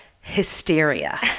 hysteria